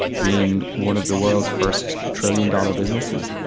being one of the world's first trillion dollar businesses.